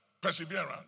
perseverance